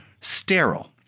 sterile